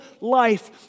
life